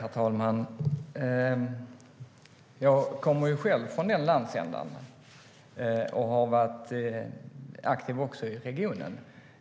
Herr talman! Jag kommer själv från denna landsända och har varit aktiv i regionen.